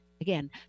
again